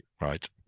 Right